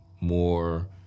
more